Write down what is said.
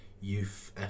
Youth